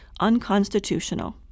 unconstitutional